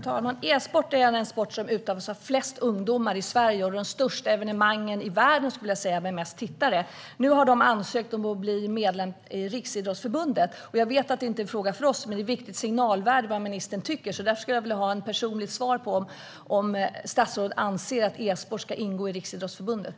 talman! E-sport är den sport som utövas av flest ungdomar i Sverige och som har de största evenemangen i världen med flest tittare. Nu har man ansökt om att få bli medlem i Riksidrottsförbundet. Jag vet att det inte är en fråga för oss, men det har ett viktigt signalvärde vad ministern tycker. Därför skulle jag vilja ha ett personligt svar på om statsrådet anser att e-sport ska ingå i Riksidrottsförbundet.